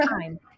time